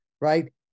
right